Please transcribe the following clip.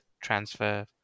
transfer